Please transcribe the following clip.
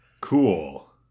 cool